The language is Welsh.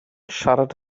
siarad